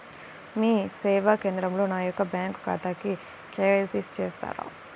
మీ సేవా కేంద్రంలో నా యొక్క బ్యాంకు ఖాతాకి కే.వై.సి చేస్తారా?